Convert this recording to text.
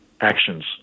actions